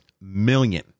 million